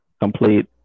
complete